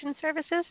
services